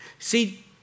See